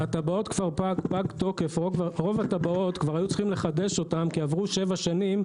כבר היו צריכים לחדש את רובן כי עברו שבע שנים,